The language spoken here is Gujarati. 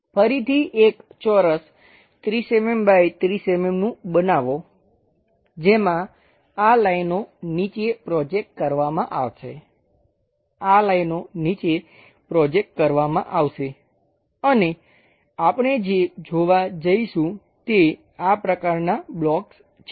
ફરીથી એક ચોરસ 30 mm બાય 30mm નું બનાવો જેમાં આ લાઈનો નીચે પ્રોજેકટ કરવામાં આવશે આ લાઈનો નીચે પ્રોજેકટ કરવામાં આવશે અને આપણે જે જોવા જઈશું તે આ પ્રકારના બ્લોક્સ છે